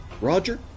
Roger